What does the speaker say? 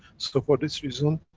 so for this reason,